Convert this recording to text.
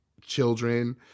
children